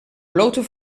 blote